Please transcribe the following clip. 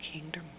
kingdom